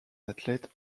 athlète